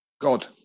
God